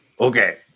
Okay